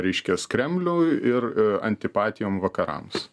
reiškias kremliui ir antipatijom vakarams